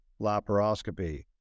laparoscopy